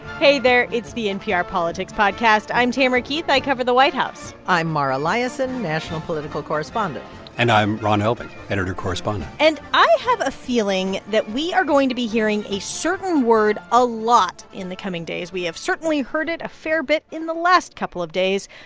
hey there. it's the npr politics podcast. i'm tamara keith. i cover the white house i'm mara liasson, national political correspondent and i'm ron elving, editor correspondent and i have a feeling that we are going to be hearing a certain word a lot in the coming days. we have certainly heard it a fair bit in the last couple of days.